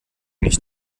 nicht